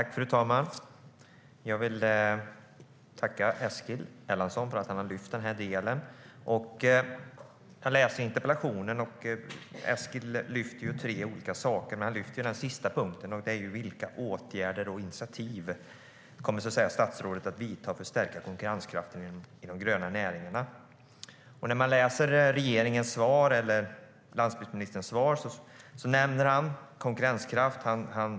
Fru talman! Jag vill tacka Eskil Erlandsson för att han har lyft upp det här. Jag har läst interpellationen. Eskil lyfter fram tre olika saker. I den sista punkten lyfter han upp vilka åtgärder och initiativ som statsrådet kommer att vidta för att stärka konkurrenskraften i de gröna näringarna. Landsbygdsministern nämner konkurrenskraft i sitt svar.